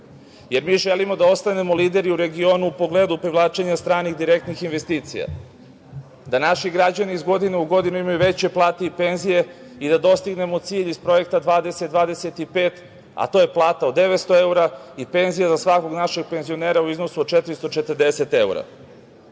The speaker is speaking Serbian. jer mi želimo da ostanemo lideri u regionu u pogledu privlačenja stranih direktnih investicija, da naši građani iz godine u godinu imaju veće plate i penzije i da dostignemo cilj i projekta „Srbija 2025“, a to je plata od 900 evra i penzije za svakog našeg penzionera u iznosu od 440